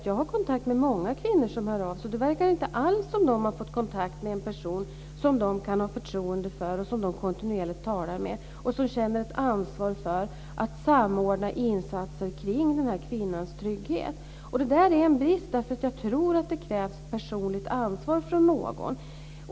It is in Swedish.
Jag har kontakt med många kvinnor som hör av sig, och det verkar tyvärr inte alls som om de har fått kontakt med en person som de kan ha förtroende för och kontinuerligt talar med, en person som känner ett ansvar för att samordna insatser till kvinnans trygghet. Detta är en brist. Jag tror att det krävs ett personligt ansvar från någon.